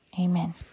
Amen